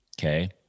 Okay